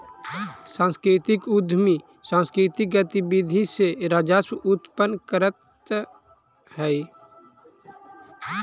सांस्कृतिक उद्यमी सांकृतिक गतिविधि से राजस्व उत्पन्न करतअ हई